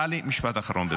--- טלי, משפט אחרון.